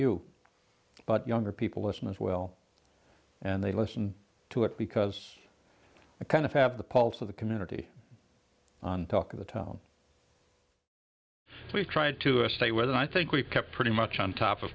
you but younger people listen as well and they listen to it because it kind of have the pulse of the community on talk of the town we've tried to a state with and i think we've kept pretty much on top of